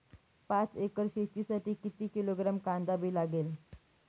पाच एकर शेतासाठी किती किलोग्रॅम कांदा बी लागेल?